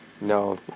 no